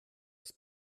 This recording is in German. das